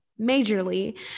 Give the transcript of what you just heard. majorly